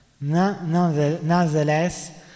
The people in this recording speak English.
Nonetheless